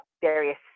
various